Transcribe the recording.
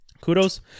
kudos